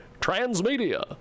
transmedia